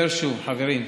אני אומר שוב, חברים,